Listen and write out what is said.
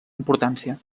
importància